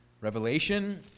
Revelation